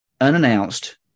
unannounced